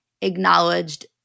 acknowledged